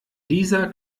dieser